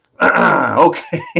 Okay